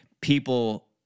people